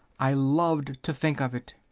i loved to think of it,